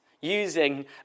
using